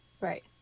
Right